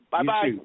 Bye-bye